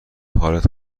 حالت